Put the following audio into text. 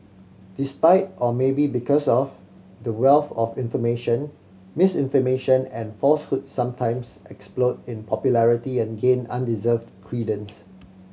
despite or maybe because of the wealth of information misinformation and falsehoods sometimes explode in popularity and gain undeserved credence